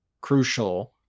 crucial